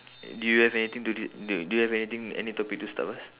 do you have anything to read do do you have anything any topic to start first